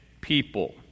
people